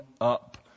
up